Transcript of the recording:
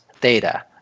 data